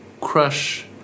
crush